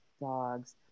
dogs